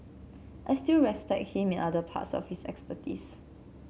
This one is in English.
I still respect him in other parts of his expertise